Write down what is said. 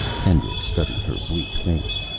hendricks studied her bleak face.